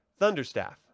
Thunderstaff